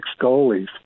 goalies